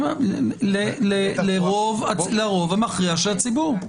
לרוב המכריע של הציבור.